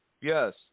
Yes